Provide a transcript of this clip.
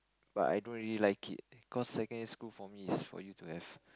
but I don't really like it cause secondary school for me is for you to have